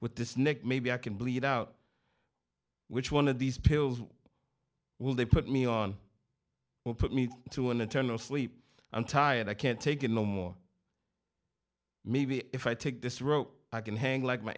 with this neck maybe i can bleed out which one of these pills will they put me on or put me into an eternal sleep i'm tired i can't take it no more maybe if i take this rope i can hang like my